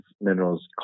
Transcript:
minerals